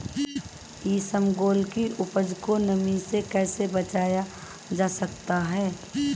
इसबगोल की उपज को नमी से कैसे बचाया जा सकता है?